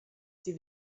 sie